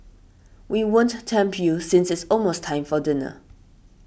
we won't tempt you since it's almost time for dinner